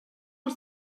els